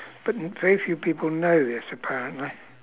but very few people know this apparently